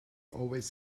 always